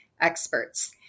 experts